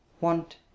Want